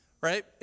right